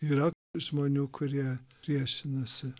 yra žmonių kurie priešinasi